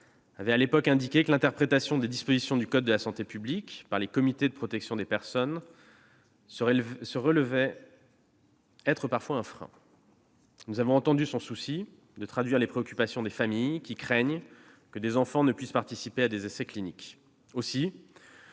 avaient indiqué que l'interprétation des dispositions du code de la santé publique par les comités de protection des personnes se révélait parfois être un frein. Nous avons entendu son souci de traduire les préoccupations des familles qui craignent que des enfants ne puissent participer à des essais cliniques. Aussi,